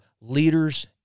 leaders